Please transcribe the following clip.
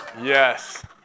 Yes